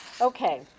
Okay